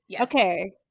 Okay